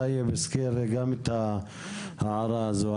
גם חבר הכנסת טייב הזכיר את ההערה הזאת.